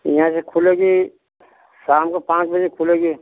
यहाँ से खुलेगी शाम को पाँच बजे खुलेगी